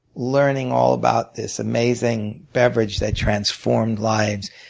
learning all about this amazing beverage that transformed lives,